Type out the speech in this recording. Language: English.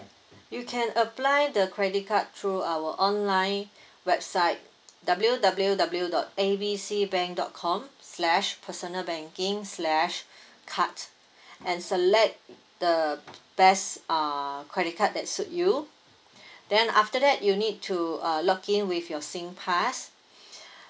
you can apply the credit card through our online website W_W_W dot A B C bank dot com slash personal banking slash card and select the best uh credit card that suit you then after that you need to uh log in with your singpass